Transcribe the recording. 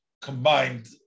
combined